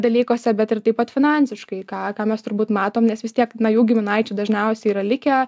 dalykuose bet ir taip pat finansiškai ką ką mes turbūt matom nes vis tiek na jų giminaičiai dažniausiai yra likę